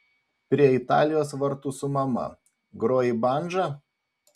prie italijos vartų su mama groji bandža